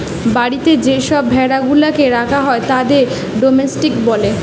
বাড়িতে যে সব ভেড়া গুলাকে রাখা হয় তাদের ডোমেস্টিক বলে